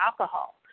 alcohol